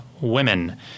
women